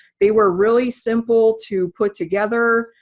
they were really simple to put together,